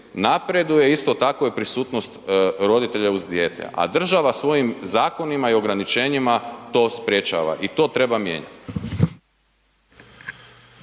napreduje, isto tako i prisutnost roditelja uz dijete, a država svojim zakonima i ograničenjima to sprječava i to treba mijenjat.